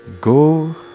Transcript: go